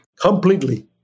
Completely